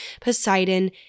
Poseidon